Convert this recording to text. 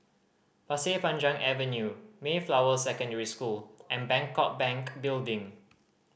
Pasir Panjang Avenue Mayflower Secondary School and Bangkok Bank Building